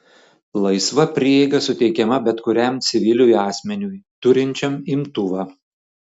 laisva prieiga suteikiama bet kuriam civiliui asmeniui turinčiam imtuvą